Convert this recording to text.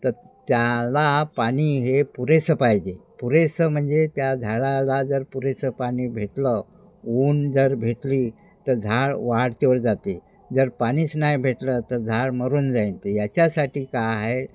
तर त्याला पाणी हे पुरेसं पाहिजे पुरेसं म्हणजे त्या झाडाला जर पुरेसं पाणी भेटलं ऊन जर भेटली तर झाड वाढ तेवढं जाते जर पाणीच नाही भेटलं तर झाड मरून जाईन ते याच्यासाठी का आहे